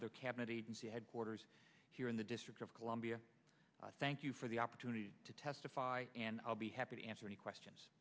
other cabinet agency headquarters here in the district of columbia thank you for the opportunity to testify and i'll be happy to answer any questions